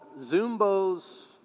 Zumbos